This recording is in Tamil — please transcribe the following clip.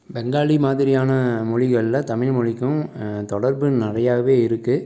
பெங்காலி மாதிரியான மொழிகளில் தமிழ்மொழிக்கும் தொடர்பு நிறையாவே இருக்குது